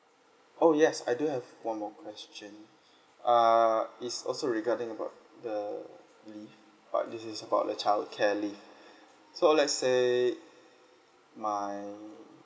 oh yes I do have one more question uh is also regarding about the leave but this is about the child care leave so let's say my